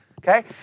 Okay